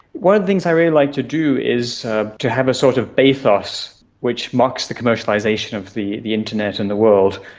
one of the things i really like to do is ah to have a sort of bathos which mocks the commercialisation of the the internet and the world.